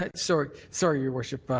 but sort of sorry, your worship.